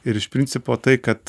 ir iš principo tai kad